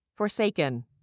forsaken